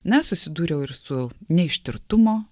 na susidūriau su ne ištirtumo